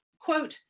Quote